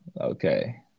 Okay